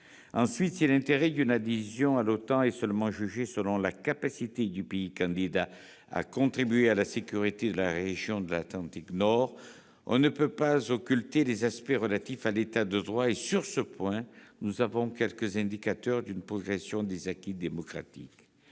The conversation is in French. En outre, si l'intérêt d'une adhésion à l'OTAN est seulement jugé selon la capacité du pays candidat à contribuer à la sécurité de la région de l'Atlantique Nord, on ne peut pas occulter les aspects relatifs à l'État de droit ; or, sur ce point, quelques indicateurs, issus des négociations